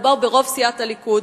מדובר ברוב סיעת הליכוד,